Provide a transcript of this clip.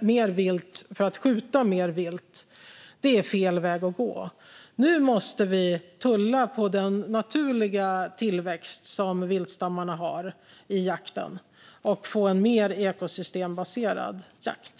mer vilt att skjuta är fel väg att gå. Nu måste vi tulla på den naturliga tillväxt som viltstammarna har i jakten och få en mer ekosystembaserad jakt.